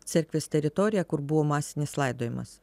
cerkvės teritoriją kur buvo masinis laidojimas